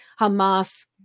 Hamas